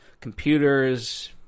computers